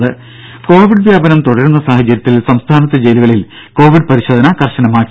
ദേദ കൊവിഡ് വ്യാപനം തുടരുന്ന സാഹചര്യത്തിൽ സംസ്ഥാനത്തെ ജയിലുകളിൽ കൊവിഡ് പരിശോധന കർശനമാക്കുന്നു